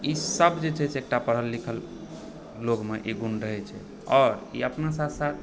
ईसभ जे छै से एकटा पढ़ल लिखल लोगमे ई गुण रहै छै आओर ई अपना साथ साथ